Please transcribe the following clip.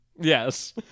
Yes